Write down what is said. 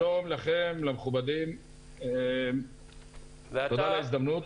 שלום לכם, תודה על ההזדמנות.